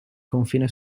confine